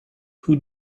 who